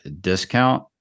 discount